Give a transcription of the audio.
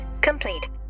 complete